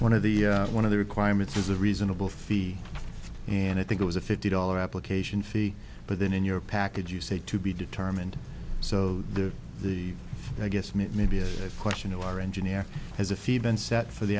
one of the one of the requirements is a reasonable fee and i think it was a fifty dollars application fee but then in your package you say to be determined so the the i guess me it may be a question of our engineer has a feed been set for the